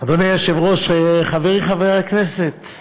אדוני היושב-ראש, חברי חבר הכנסת,